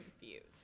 confused